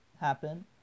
happen